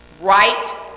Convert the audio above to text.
right